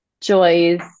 joys